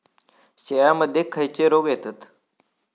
शेळ्यामध्ये खैचे रोग येतत?